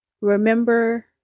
remember